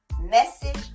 message